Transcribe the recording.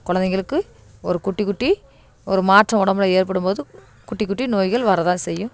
குழந்தைங்களுக்கு ஒரு குட்டி குட்டி ஒரு மாற்றம் உடம்புல ஏற்படும் போது குட்டி குட்டி நோய்கள் வர தான் செய்யும்